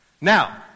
Now